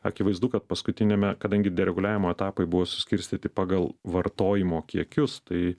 akivaizdu kad paskutiniame kadangi dereguliavimo etapai buvo suskirstyti pagal vartojimo kiekius tai